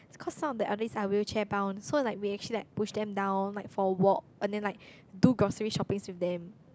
cause some of the elderlies are wheelchair bound so like we actually like push them down like for a walk and then like do grocery shoppings with them